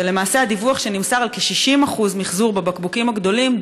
ולמעשה הדיווח שנמסר על כ-60% בבקבוקים הגדולים,